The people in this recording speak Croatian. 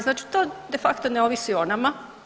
Znači to de facto ne ovisi o nama.